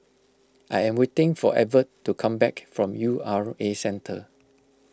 I am waiting for Evert to come back from U R A Centre